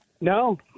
No